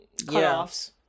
cutoffs